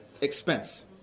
expense